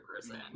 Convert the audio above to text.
person